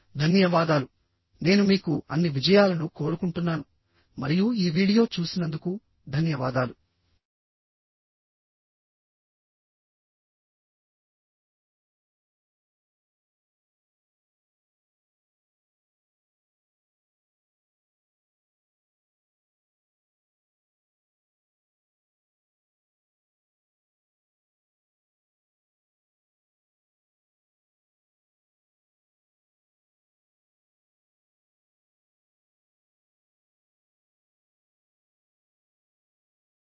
ధన్యవాదాలు నేను మీకు అన్ని విజయాలను కోరుకుంటున్నాను మరియు ఈ వీడియో చూసినందుకు ధన్యవాదాలు